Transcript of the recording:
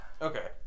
Okay